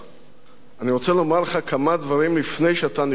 אני רוצה לומר לך כמה דברים לפני שאתה נכנס לוועדה,